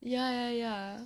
ya ya ya